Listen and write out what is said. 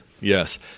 yes